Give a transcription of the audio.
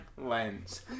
lens